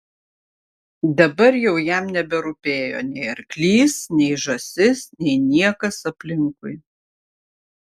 dabar jau jam neberūpėjo nei arklys nei žąsis nei niekas aplinkui